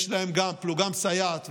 יש להם גם פלוגה מסייעת,